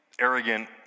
arrogant